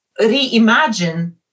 reimagine